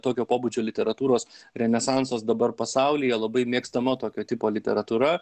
tokio pobūdžio literatūros renesansas dabar pasaulyje labai mėgstama tokio tipo literatūra